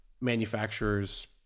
manufacturers